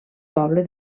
poble